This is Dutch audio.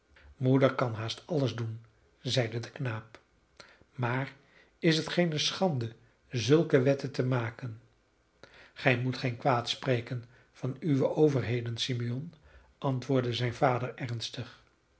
moeder kan haast alles doen zeide de knaap maar is het geene schande zulke wetten te maken gij moet geen kwaad spreken van uwe overheden simeon antwoordde zijn vader ernstig